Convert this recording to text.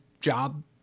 job